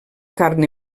carn